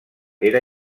era